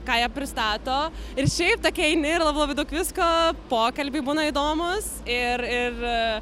ką jie pristato ir šiaip tokia eini ir labai daug visko pokalbiai būna įdomūs ir ir